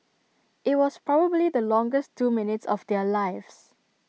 IT was probably the longest two minutes of their lives